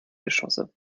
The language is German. geschosse